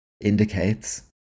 indicates